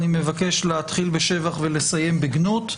אני מבקש להתחיל בשבח ולסיים בגנות,